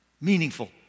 Meaningful